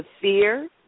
fear